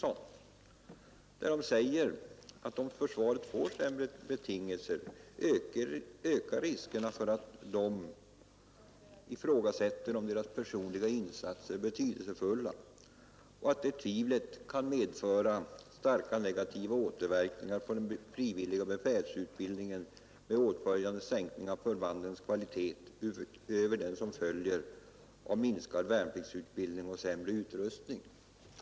Man säger där att om betingelserna för försvaret blir sämre, ökar riskerna för att man skall ifrågasätta om ens personliga insatser är meningsfulla och att detta tvivel kan medföra stora negativa återverkningar på den frivilliga befälsutbildningen med åtföljande sänkning av förbandens kvalitet utöver den som följer av minskad värnpliktsutbildning och sämre utrustning.